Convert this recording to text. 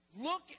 Look